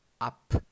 Up